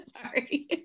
Sorry